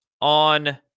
on